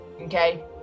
Okay